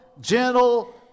gentle